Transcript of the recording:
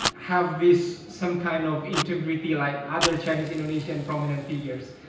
have this some kind of integrity like other chinese-indonesian prominent figures,